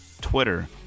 Twitter